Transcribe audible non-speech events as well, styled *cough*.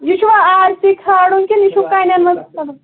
یہِ چھُوا R C کھالُن کِنہٕ یہِ چھُ کَنٮ۪ن *unintelligible*